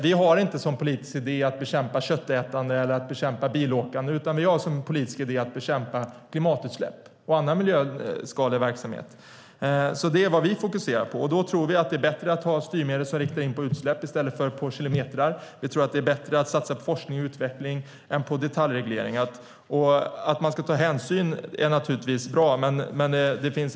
Vi har inte som politik idé att bekämpa köttätande eller bilåkande. Vi har som politisk idé att bekämpa klimatutsläpp och annan miljöskadlig verksamhet. Det är vad vi fokuserar på. Vi tror att det är bättre att ha styrmedel som riktar in sig på utsläpp i stället för på kilometer. Vi tror att det är bättre att satsa på forskning och utveckling än på detaljregleringar. Det är naturligtvis bra att man ska ta hänsyn.